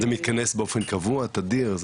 זה מתכנס באופן קבוע, תדיר?